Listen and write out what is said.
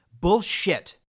Bullshit